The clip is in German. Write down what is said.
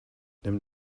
nimm